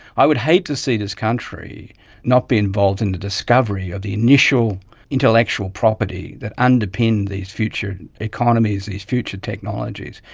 i would hate to see this country not be involved in the discovery of the initial intellectual property that underpinned these future economies and these future technologies,